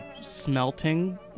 Smelting